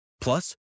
Plus